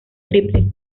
triple